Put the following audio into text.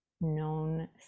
known